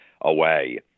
away